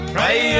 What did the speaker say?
Pray